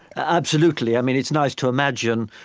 absolutely. i mean, it's nice to imagine,